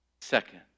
Second